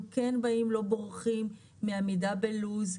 אנחנו כן באים, לא בורחים מעמידה בלו"ז,